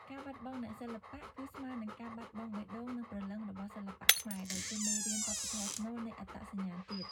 ការបាត់បង់អ្នកសិល្បករគឺស្មើនឹងការបាត់បង់បេះដូង និងព្រលឹងរបស់សិល្បៈខ្មែរ ដែលជាមេរៀនវប្បធម៌ស្នូលនៃអត្តសញ្ញាណជាតិ។